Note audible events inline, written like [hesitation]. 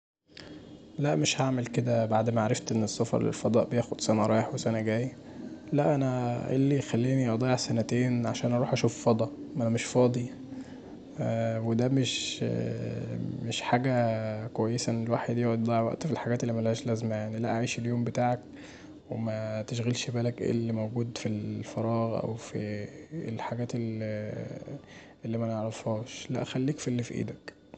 لا مش هعمل كدا بعد ما عرفت ان السفر للفضاأ بياخد سنة رايح وسنة جاي، لأ انا ايه اللي يخليني اضيع سنتين عشان اروح فضا، ما انا مش فاضي، ودا [hesitation] مش حاجه كويسه ان الواحد يقعد يضيع وقت في الحاجات اللي ملهاش لازمه يعني ،لا عيش اليوم بتاعك ومتشغلش بالك بإيه اللي موجود في الفراغ او في الحاجات اللي منعرفهاش، لا خليك في اللي في ايدك.